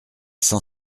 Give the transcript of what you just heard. cent